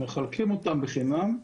מקבלים אותן בחינם,